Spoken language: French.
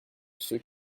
ceux